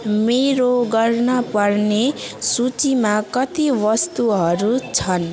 मेरो गर्न पर्ने सूचीमा कति वस्तुहरू छन्